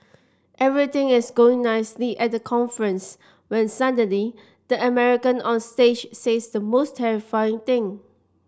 everything is going nicely at the conference when suddenly the American on stage says the most terrifying thing